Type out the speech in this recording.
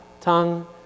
tongue